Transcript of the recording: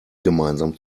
gemeinsam